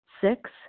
Six